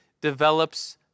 develops